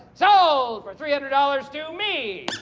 so for three hundred dollars, to me!